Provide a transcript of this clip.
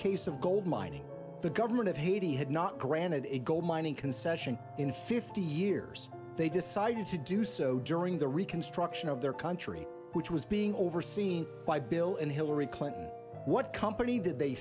case of gold mining the government of haiti had not granted a gold mining concession in fifty years they decided to do so during the reconstruction of their country which was being overseen by bill and hillary clinton what company did they